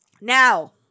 Now